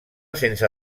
sense